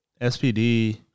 SPD